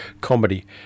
comedy